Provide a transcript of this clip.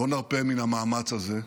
לא נרפה מן המאמץ הזה,